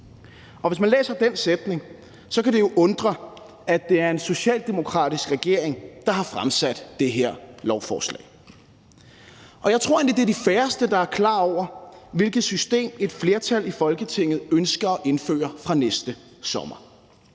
Og hvis man læser den sætning, kan det jo undre, at det er en socialdemokratisk regering, der har fremsat det her lovforslag. Jeg tror egentlig, at det er de færreste, der er klar over, hvilket system et flertal i Folketinget ønsker at indføre fra næste sommer.